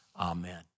amen